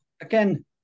again